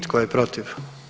Tko je protiv?